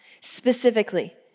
Specifically